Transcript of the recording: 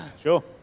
Sure